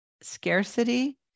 scarcity